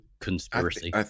Conspiracy